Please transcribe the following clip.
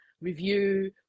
review